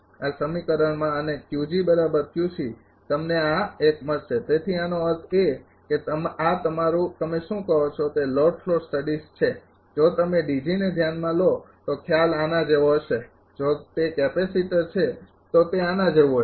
તેથી આનો અર્થ એ કે આ તમારું તમે શું કહો છો તે લોડ ફ્લો સ્ટડીઝ છે જો તમે DG ને ધ્યાનમાં લો તો ખ્યાલ આના જેવો હશે જો તે કેપેસિટર છે તો તે આના જેવું હશે